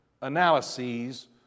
analyses